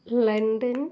London